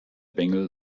bengel